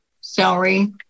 celery